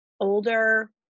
older